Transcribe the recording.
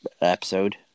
episode